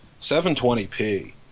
720p